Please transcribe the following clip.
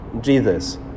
Jesus